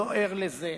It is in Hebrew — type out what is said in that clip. לא ער לזה,